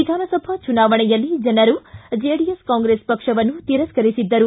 ವಿಧಾನಸಭಾ ಚುನಾವಣೆಯಲ್ಲಿ ಜನರು ಜೆಡಿಎಸ್ ಕಾಂಗ್ರೆಸ್ ಪಕ್ಷವನ್ನು ತಿರಸ್ಥರಿಸಿದ್ದರು